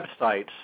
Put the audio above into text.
websites